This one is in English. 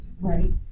right